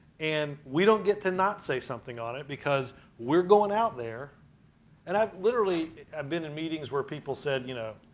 and we don't get to not say something on it because we're going out there and um literally have been in meetings where said you know,